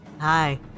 Hi